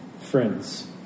friends